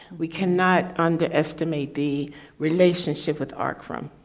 we cannot underestimate the relationship with arc from.